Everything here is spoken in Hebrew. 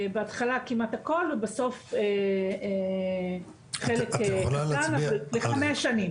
בהתחלה כמעט הכל ובסוף חלק קטן, אבל לחמש שנים.